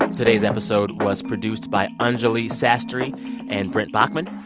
um today's episode was produced by anjuli sastry and brent bachman.